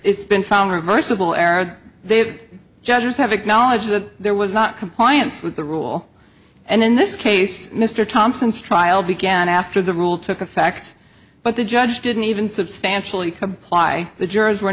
it's been found reversible error they have judges have acknowledged that there was not compliance with the rule and in this case mr thompson's trial began after the rule took effect but the judge didn't even substantially comply the jurors were